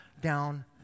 down